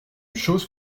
chose